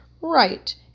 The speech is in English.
Right